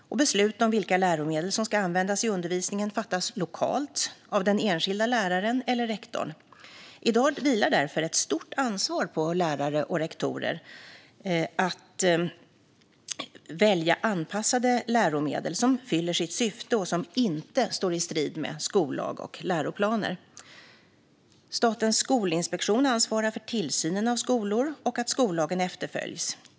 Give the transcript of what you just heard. Beslut om vilka läromedel som ska användas i undervisningen fattas lokalt av den enskilda läraren eller rektorn. I dag vilar därför ett stort ansvar på lärare och rektorer att välja anpassade läromedel som fyller sitt syfte och som inte står i strid med skollag och läroplaner. Statens skolinspektion ansvarar för tillsynen av skolor och att skollagen efterföljs.